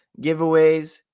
giveaways